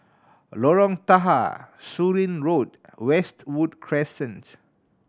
Lorong Tahar Surin Road Westwood Crescent